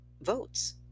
votes